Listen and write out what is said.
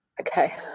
okay